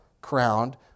crowned